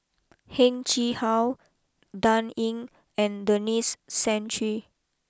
Heng Chee how Dan Ying and Denis Santry